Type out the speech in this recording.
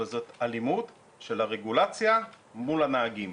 אבל זאת אלימות של הרגולציה מול הנהגים.